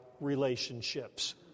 relationships